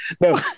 No